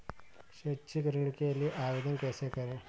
शैक्षिक ऋण के लिए आवेदन कैसे करें?